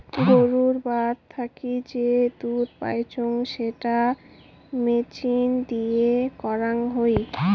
গুরুর বাত থাকি যে দুধ পাইচুঙ সেটা মেচিন দিয়ে করাং হই